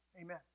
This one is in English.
Amen